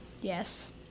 Yes